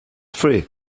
free